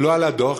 ולא על הדוח,